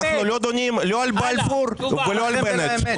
גם אם יהיו חברי כנסת שיצעקו לכם שבנט לא השקיע,